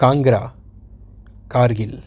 Kangra Kargil